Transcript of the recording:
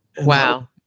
Wow